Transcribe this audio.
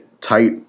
tight